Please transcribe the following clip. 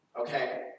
Okay